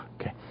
okay